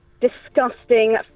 disgusting